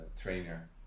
trainer